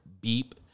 Beep